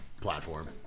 platform